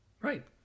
right